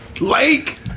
lake